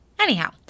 Anyhow